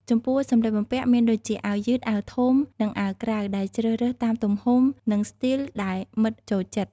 ចំពោះសម្លៀកបំពាក់ មានដូចជា អាវយឺត អាវធំ និងអាវក្រៅ ដែលជ្រើសរើសតាមទំហំ និងស្ទីលដែលមិត្តចូលចិត្ត។